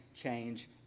change